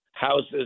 Houses